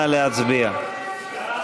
נא להצביע.